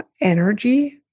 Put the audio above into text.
energy